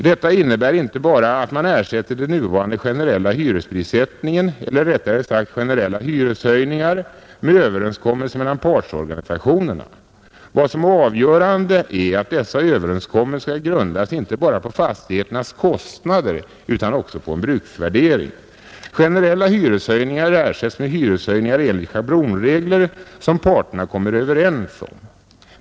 Detta innebär inte bara att man ersätter den nuvarande generella hyresprissättningen eller rättare sagt generella hyreshöjningar med överenskommelser mellan partsorganisationerna. Vad som är avgörande är att dessa överenskommelser grundas inte bara på fastigheternas kostnader utan också på en bruksvärdering. Generella hyreshöjningar ersätts med höjningar enligt schablonregler som parterna kommer överens om.